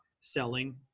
selling